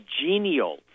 genial